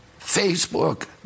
Facebook